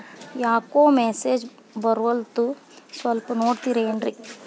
ಯಾಕೊ ಮೆಸೇಜ್ ಬರ್ವಲ್ತು ಸ್ವಲ್ಪ ನೋಡ್ತಿರೇನ್ರಿ?